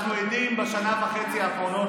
עכשיו אימא שלו הרופאה שמעה את זה לראשונה.